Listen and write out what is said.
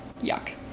Yuck